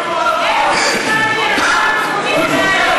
איזה מוסר אתה מוצא בחוקים האלה?